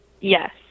Yes